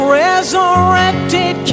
resurrected